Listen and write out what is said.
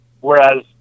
whereas